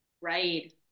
right